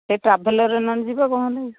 ସେଇ ଟ୍ରାଭେଲର୍ ନ ହେଲେ ଯିବା କଁ ହେଲା କି